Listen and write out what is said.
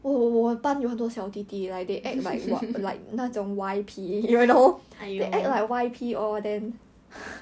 !aiyo!